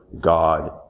God